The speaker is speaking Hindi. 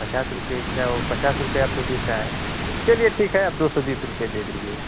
पचास रुपये एक्स्ट्रा वो पचास रुपये आपको देता है चलिए ठीक है आप दो सौ बीस रुपये दे दीजिएगा